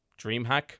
Dreamhack